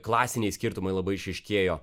klasiniai skirtumai labai išryškėjo